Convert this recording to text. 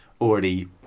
already